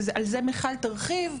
על זה מיכל תרחיב,